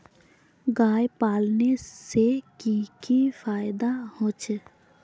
गाय पालने से की की फायदा होचे?